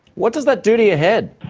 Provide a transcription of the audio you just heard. what does that do to your head?